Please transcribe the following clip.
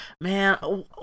Man